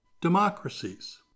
democracies